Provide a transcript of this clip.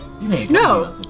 No